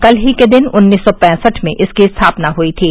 कल ही के दिन उन्नीस सौ पैंसठ में इसकी स्थापना हई थी